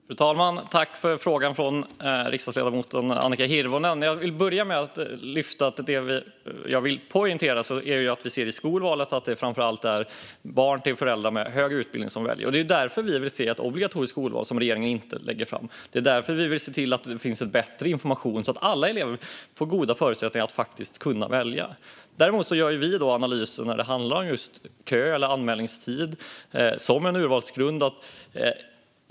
Fru talman! Jag tackar för frågan från riksdagsledamoten Annika Hirvonen. Jag vill börja med att poängtera att vi, när det gäller skolvalet, ser att det framför allt är barn till föräldrar med hög utbildning som väljer. Det är därför vi vill se ett obligatoriskt skolval, som regeringen inte lägger fram förslag om. Det är därför vi vill se till att det finns bättre information, så att alla elever får goda förutsättningar att välja. Däremot gör vi en analys när det handlar om just kö eller anmälningstid som urvalsgrund.